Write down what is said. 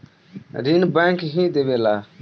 ऋण बैंक ही देवेला